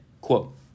quote